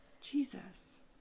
Jesus